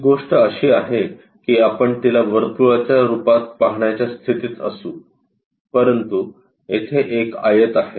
ही गोष्ट अशी आहे की आपण तिला वर्तुळाच्या रूपात पाहण्याच्या स्थितीत असू परंतु येथे एक आयत आहे